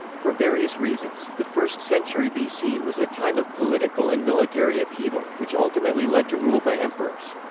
for various reasons, the first century bc was a time of political and military upheaval, which ultimately led to rule by emperors.